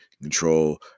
control